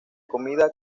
comida